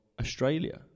Australia